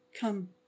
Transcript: Come